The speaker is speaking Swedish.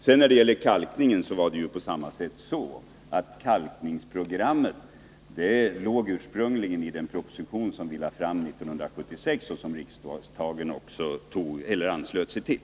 När det sedan gäller kalkningen så var det på samma sätt, dvs. att kalkningsprogrammet ursprungligen fanns i den proposition som vi lade fram 1976 och som riksdagen också anslöt sig till.